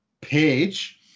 page